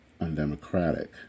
undemocratic